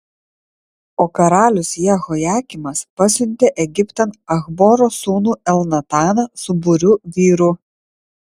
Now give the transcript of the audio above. o karalius jehojakimas pasiuntė egiptan achboro sūnų elnataną su būriu vyrų